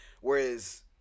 whereas